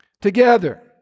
Together